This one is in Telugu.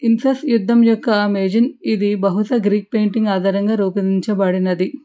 హింసస్ యుద్ధం యొక్క మేజిన్ ఇది బహుశా గ్రీక్ పెయింటింగ్ ఆధారంగా రూపొందించబడినది